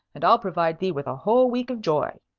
and i'll provide thee with a whole week of joy.